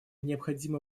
необходимы